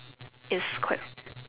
it's quite